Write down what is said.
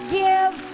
give